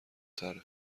تره